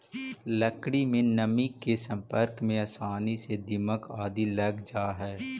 लकड़ी में नमी के सम्पर्क में आसानी से दीमक आदि लग जा हइ